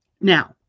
Now